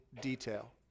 detail